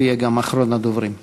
הוא יהיה אחרון הדוברים.